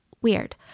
Weird